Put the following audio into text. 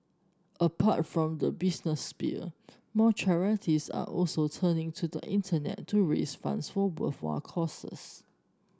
apart from the business sphere more charities are also turning to the Internet to raise funds for worthwhile causes